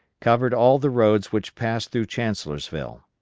covered all the roads which passed through chancellorsville.